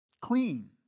Clean